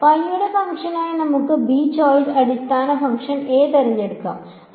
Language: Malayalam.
y യുടെ ഫംഗ്ഷനായി നമുക്ക് b ചോയ്സ് അടിസ്ഥാന ഫംഗ്ഷൻ a തിരഞ്ഞെടുക്കരുത്